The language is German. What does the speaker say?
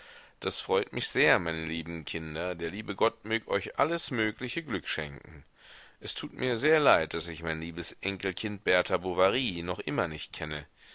das freut mich sehr meine liben kinder der libe got mög euch ales möglige glük schenken es tut mir sör leid das ich mein libes enkelkind berta bovary noch imer nich kene